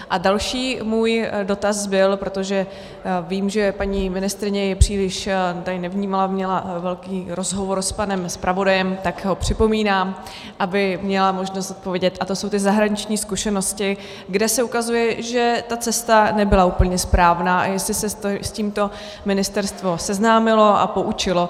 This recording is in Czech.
A další můj dotaz byl, protože vím, že paní ministryně mě příliš tady nevnímala, měla velký rozhovor s panem zpravodajem, tak ho připomínám, aby měla možnost odpovědět, a to jsou ty zahraniční zkušenosti, kde se ukazuje, že ta cesta nebyla úplně správná, a jestli se s tímto ministerstvo seznámilo a poučilo.